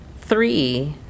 three